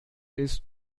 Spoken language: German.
ist